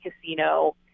casino